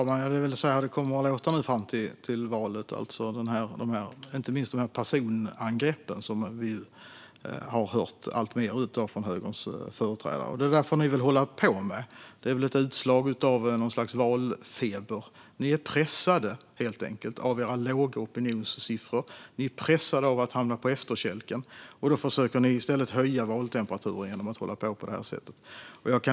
Fru talman! Det är väl så här det kommer att låta fram till valet, inte minst gäller det de personangrepp som vi hör alltmer från högerns företrädare. Det där får ni väl hålla på med; det är väl ett utslag av något slags valfeber. Ni är helt enkelt pressade av era låga opinionssiffror och av att hamna på efterkälken, och då försöker ni höja valtemperaturen genom att hålla på så här.